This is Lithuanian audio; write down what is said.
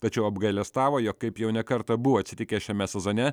tačiau apgailestavo jog kaip jau ne kartą buvo atsitikę šiame sezone